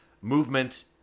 movement